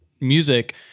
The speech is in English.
music